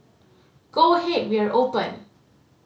go ahead we are open